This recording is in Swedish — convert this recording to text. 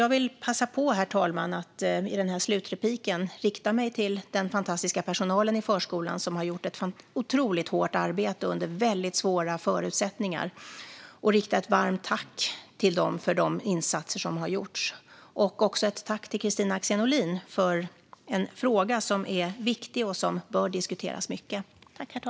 Jag vill passa på att så här i mitt sista inlägg vända mig till den fantastiska personalen i förskolan som har arbetat otroligt hårt under svåra omständigheter och rikta ett varmt tack till dem för de insatser som har gjorts. Jag tackar också Kristina Axén Olin för en viktig fråga som bör diskuteras mycket.